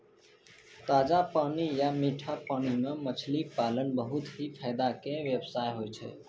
ताजा पानी या मीठा पानी मॅ मछली पालन बहुत हीं फायदा के व्यवसाय होय छै